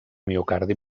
miocardi